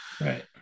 right